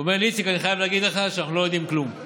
איציק, אני חייב להגיד לך שאנחנו לא יודעים כלום.